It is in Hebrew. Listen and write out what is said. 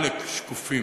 עלק שקופים.